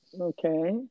okay